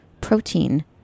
protein